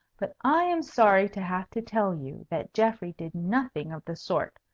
but i am sorry to have to tell you that geoffrey did nothing of the sort,